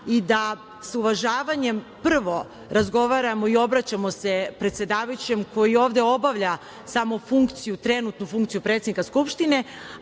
i da sa uvažavanjem, prvo, razgovaramo i obraćamo se predsedavajućem koji ovde obavlja samo trenutnu funkciju predsednika Skupštine,